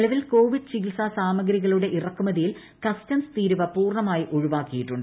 നിലവിൽ കോവിഡ് ചികിത്സാ സാമഗ്രികളുടെ ഇറക്കുമതിയിൽ കസ്റ്റംസ് തീരുവ പൂർണ്ണമായി ഒഴിവാക്കിയിട്ടുണ്ട്